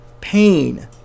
Pain